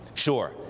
Sure